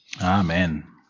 Amen